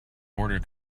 border